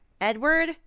Edward